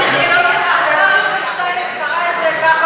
השר יובל שטייניץ קרא את זה ככה,